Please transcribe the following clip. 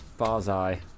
Barzai